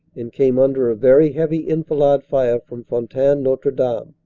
and came under a very heavy enfilade fire from fon taine-n otre-dame,